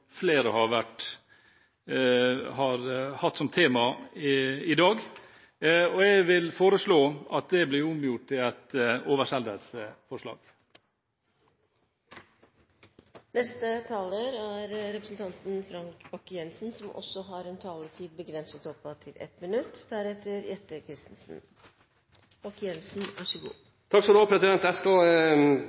flere har hatt som tema i dag, og jeg vil foreslå at det blir omgjort til et oversendelsesforslag. Frank Bakke-Jensen har hatt ordet to ganger tidligere og får ordet til en kort merknad, begrenset til 1 minutt. Jeg skal løfte blikket og se framover – fra 2007 – jeg skal